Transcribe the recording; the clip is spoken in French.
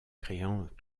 créant